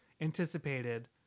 anticipated